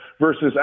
versus